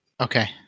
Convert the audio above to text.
Okay